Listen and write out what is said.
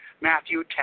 Matthew